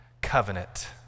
Covenant